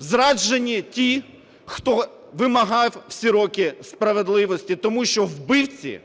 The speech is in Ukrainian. Зраджені ті, хто вимагав всі роки справедливості, тому що вбивці